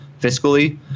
fiscally